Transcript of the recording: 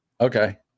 okay